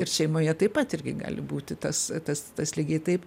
ir šeimoje taip pat irgi gali būti tas tas tas lygiai taip